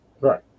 Right